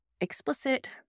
explicit